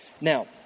Now